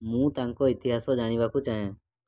ମୁଁ ତାଙ୍କ ଇତିହାସ ଜାଣିବାକୁ ଚାହେଁ